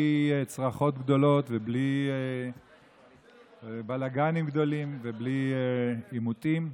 צרחות גדולות ובלי בלגנים גדולים ובלי עימותים.